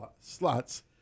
slots